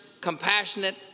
compassionate